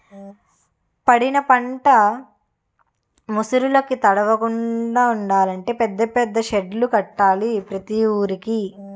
పండిన పంట ముసుర్లుకి తడవకుండలంటే పెద్ద పెద్ద సెడ్డులు కట్టాల ప్రతి వూరికి